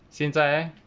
现在 leh